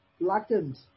blackened